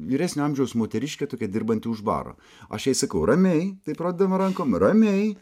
vyresnio amžiaus moteriškė tokia dirbanti už baro aš jai sakau ramiai taip rodydama rankom ramiai